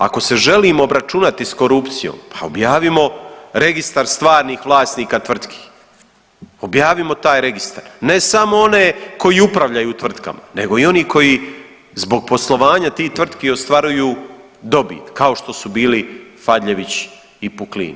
Ako se želim obračunati sa korupcijom, pa objavimo registar stvarnih vlasnika tvrtki, objavimo taj registar, ne samo one koji upravljaju tvrtkama, nego i oni koji zbog poslovanja tih tvrtki ostvaruju dobit kao što su bili Fadljević i Puklin.